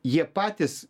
jie patys